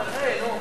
אלסאנע.